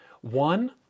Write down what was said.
One